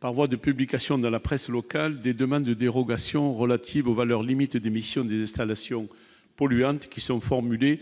par voie de publication dans la presse locale des demandes de dérogations relatives aux valeurs limites d'émission des installations polluantes qui sont formulées